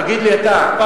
תגיד לי אתה.